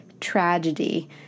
tragedy